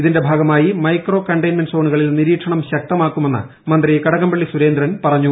ഇതിന്റെ ഭാഗമായി micro containment സോണുകളിൽ നിരീക്ഷണം ശക്തമാക്കുമെന്ന് മന്ത്രി കടകംപള്ളി സുരേന്ദ്രൻ പറഞ്ഞു